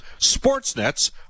Sportsnet's